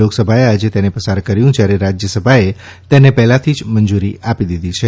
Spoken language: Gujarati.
લોકસભાએ આજે તેને પસાર કર્યું જયારે રાજયસભાએ તેને પહેલાંથી જ મંજૂરી આપી દીધી છે